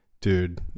Dude